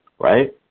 right